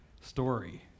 story